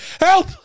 Help